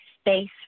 space